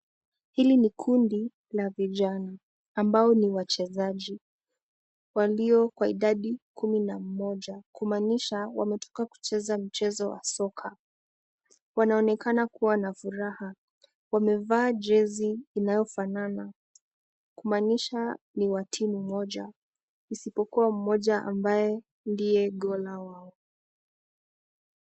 Hili ni kundi la vijana ambao ni wachezaji walio na idadi kumi na moja kumanisha wametoka kucheza mchezo wa soka, wanaonekana kuwa na furaha, wamevaa jezi inayofanana kumanisha ni wa timu moja isipikuwa mmoja ambaye ndiye kola wao.